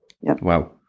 Wow